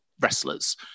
wrestlers